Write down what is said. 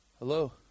Hello